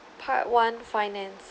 part one finance